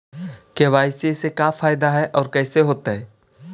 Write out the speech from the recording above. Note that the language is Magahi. के.वाई.सी से का फायदा है और कैसे होतै?